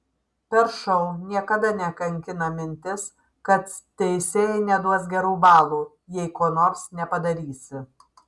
per šou niekada nekankina mintis kad teisėjai neduos gerų balų jei ko nors nepadarysi